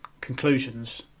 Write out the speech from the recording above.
conclusions